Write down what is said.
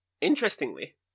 interestingly